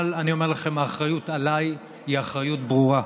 אבל אני אומר לכם, האחריות עליי היא אחריות ברורה.